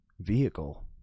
vehicle